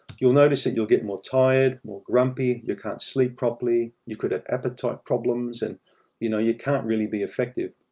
you'll notice that you'll get more tired, more grumpy. you can't sleep properly, you could have appetite problems, and you know, you can't really be effective.